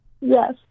Yes